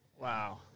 Wow